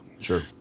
sure